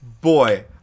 boy